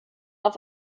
auf